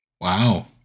Wow